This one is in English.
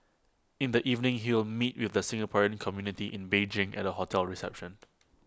in the evening he will meet with the Singaporean community in Beijing at A hotel reception